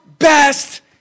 Best